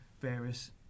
various